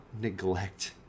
neglect